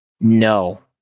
No